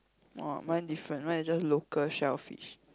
!wah! mine different mine is just local shellfish